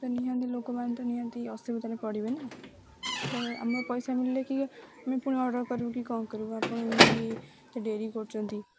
ତ ନିହାତି ଲୋକମାନେ ତ ନିହାତି ଅସୁବିଧାରେ ପଡ଼ିବେ ନା ତ ଆମର ପଇସା ମିଳିଲେ କି ଆମେ ପୁଣି ଅର୍ଡ଼ର କରିବୁ କି କ'ଣ କରିବୁ ଆପଣ ଏମିତି ଏତେ ଡେରି କରୁଛନ୍ତି